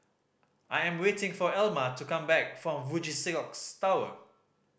I am waiting for Elma to come back from Fuji Xerox Tower